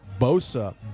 Bosa